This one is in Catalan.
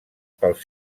pels